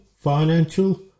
financial